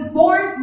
born